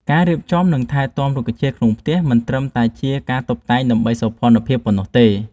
ការរៀបចំ និងថែទាំរុក្ខជាតិក្នុងផ្ទះមិនត្រឹមតែជាការតុបតែងដើម្បីសោភ័ណភាពប៉ុណ្ណោះទេ